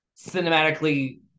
cinematically